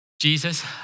Jesus